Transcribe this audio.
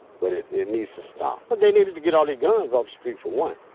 what if it needs to stop but they needed to get all the guns of speak for one.